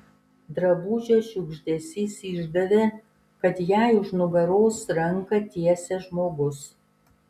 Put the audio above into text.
drabužio šiugždesys išdavė kad jai už nugaros ranką tiesia žmogus